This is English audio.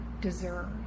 deserve